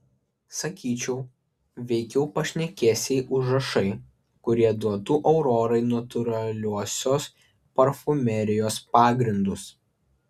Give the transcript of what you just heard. sakyčiau veikiau pašnekesiai užrašai kurie duotų aurorai natūraliosios parfumerijos pagrindus